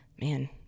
man